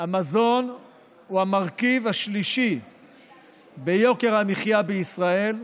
המזון הוא המרכיב השלישי ביוקר המחיה בישראל,